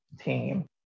team